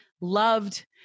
loved